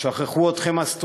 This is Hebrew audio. שכחו אתכם, הסטודנטים,